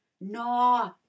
No